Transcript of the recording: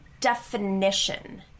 definition